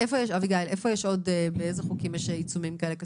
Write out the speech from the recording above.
באילו עוד חוקים יש עיצומים כאלה כספיים?